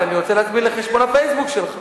אבל אני רוצה להזמין לחשבון ה"פייסבוק" שלך.